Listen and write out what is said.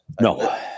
No